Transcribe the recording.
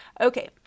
Okay